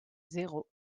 zéro